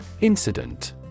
Incident